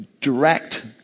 direct